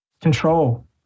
control